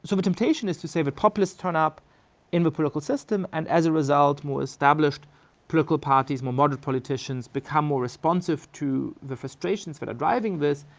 so the temptation is to say that populists turn up in the political system and as a result more established political parties, more moderate politicians become more responsive responsive to the frustrations that are driving this.